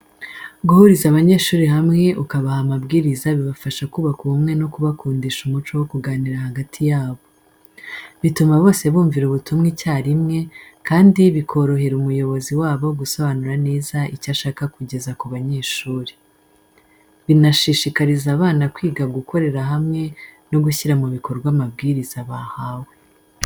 Guhuriza abanyeshuri hamwe ukabaha amabwiriza bibafasha kubaka ubumwe no kubakundisha umuco wo kuganira hagati yabo. Bituma bose bumvira ubutumwa icyarimwe, kandi bikorohera umuyobozi wabo gusobanura neza icyo ashaka kugeza ku banyeshuri. Binashishikariza abana kwiga gukorera hamwe no gushyira mu bikorwa amabwiriza bahawe.